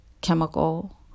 chemical